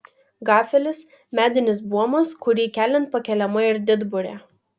gafelis medinis buomas kurį keliant pakeliama ir didburė